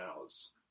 hours